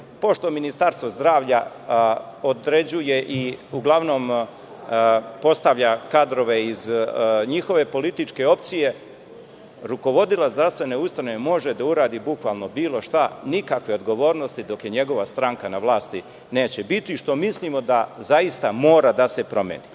pošto Ministarstvo zdravlja određuje i uglavnom postavlja kadrove iz njihove političke opcije, rukovodilac zdravstvene ustanove može da uradi bukvalno bilo šta nikakve odgovornosti dok je njegova stranka na vlasti neće biti, što mislimo da zaista mora da se promeni,